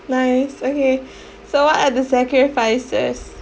nice okay so what are the sacrifices